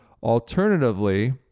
Alternatively